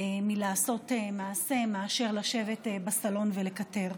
ולעשות מעשה, ולא לשבת בסלון ולקטר.